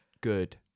good